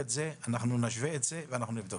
אנחנו נשווה את זה ונבדוק.